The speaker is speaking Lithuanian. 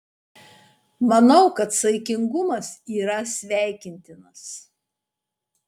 manau kad saikingumas yra sveikintinas